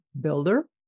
builder